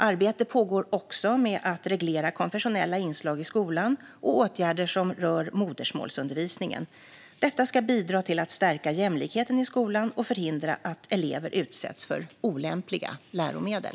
Arbetet pågår också med att reglera konfessionella inslag i skolan liksom åtgärder som rör modersmålsundervisningen. Detta ska bidra till att stärka jämlikheten i skolan och förhindra att elever utsätts för olämpliga läromedel.